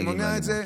אני מונע את זה.